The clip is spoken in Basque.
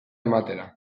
ematera